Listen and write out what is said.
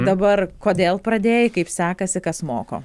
dabar kodėl pradėjai kaip sekasi kas moko